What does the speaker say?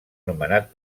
nomenat